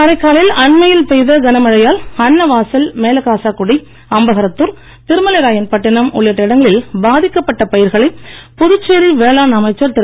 காரைக்காலில் அண்மையில் பெய்த கன மழையால் அன்னவாசல் மேலகாசாகுடி அம்பகரத்தூர் திருமலைராயன்பட்டினம் உள்ளிட்ட இடங்களில் பாதிக்கப்பட்ட பயிர்களை புதுச்சேரி வேளாண் அமைச்சர் திரு